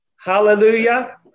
Hallelujah